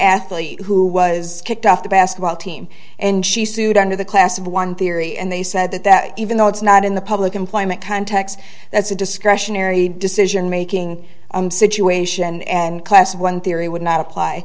athlete who was kicked off the asked about team and she sued under the class of one theory and they said that that even though it's not in the public employment context that's a discretionary decision making situation and class one theory would not apply